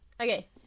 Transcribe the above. Okay